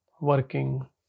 working